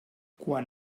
quan